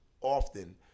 often